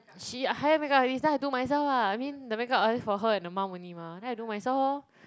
she hire makeup artist then I do myself ah I mean the makeup artist for her and the mum only mah then I do myself lor